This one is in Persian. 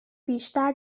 بیشتر